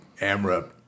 Amra